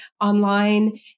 online